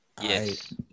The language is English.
Yes